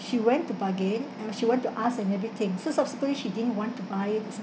she went to bargain uh she went to ask and everything so subsequently she didn't want to buy it